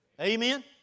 Amen